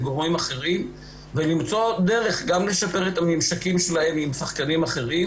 גורמים אחרים ולמצוא דרך גם לשפר את הממשקים שלהם עם שחקנים אחרים